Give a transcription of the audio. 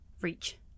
reach